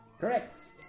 Correct